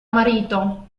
marito